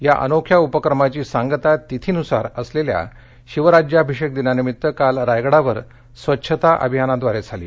या अनोख्या उपक्रमांची सांगता तिथीनुसार असलेल्या शिवराज्याभिषेकदिनानिमित्त काल रायगडावर स्वच्छता अभियानाद्वारे झाली